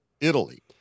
Italy